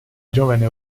giovane